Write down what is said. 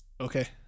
Okay